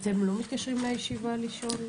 אתם לא מתקשרים לישיבה לשאול?